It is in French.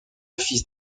fils